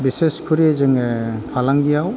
बिसेस करि जोङो फालांगियाव